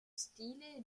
stile